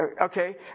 Okay